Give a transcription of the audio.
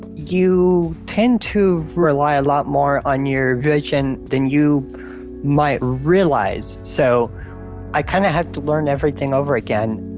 you tend to rely a lot more on your vision than you might realize, so i kind of have to learn everything over again